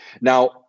Now